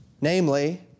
Namely